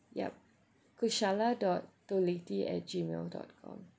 yup kushala dot toletti at G mail dot com